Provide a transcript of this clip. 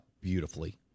beautifully